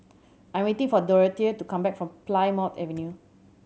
I am waiting for Dorothea to come back from Plymouth Avenue